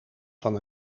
van